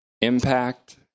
impact